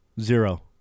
Zero